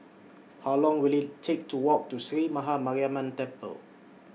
How Long Will IT Take to Walk to Sree Maha Mariamman Temple